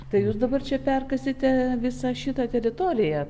tai jūs dabar čia perkasite visą šitą teritoriją